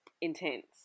intense